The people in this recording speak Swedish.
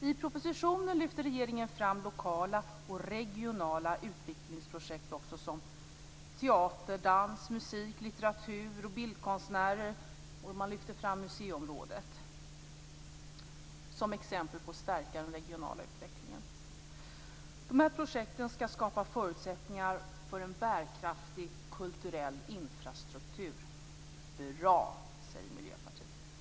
I propositionen lyfter regeringen fram lokala och regionala utvecklingsprojekt för teater, dans, musik, litteratur och bildkonstnärer. Regeringen lyfter också fram museiområdet som ett exempel på att stärka den regionala utvecklingen. Dessa projekt skall skapa förutsättningar för en bärkraftig kulturell infrastruktur. Det är bra! säger Miljöpartiet.